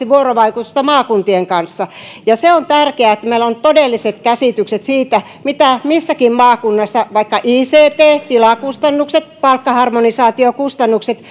vuorovaikutuksessa maakuntien kanssa se on tärkeää että meillä on todelliset käsitykset siitä mistä missäkin maakunnassa vaikkapa ict tilakustannukset palkkaharmonisaatiokustannukset